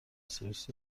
سرویس